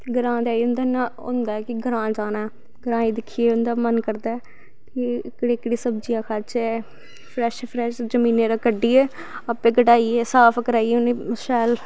ग्रांऽ दा एह् होंदा ऐ कि ग्रांऽ जाना ऐ ग्रांएं दिक्खियै उन्दा मन करदा कइ एह्ड़ी एह्ड़ी सब्जियां खाच्चै फ्रैश फ्रैश जमीने दा कड्ढियै आपें कढाइयै साफ कराइयै उनें ई शैल